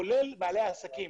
כולל בעלי עסקים.